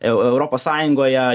eu europos sąjungoje